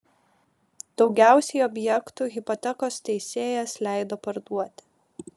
daugiausiai objektų hipotekos teisėjas leido parduoti